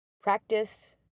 practice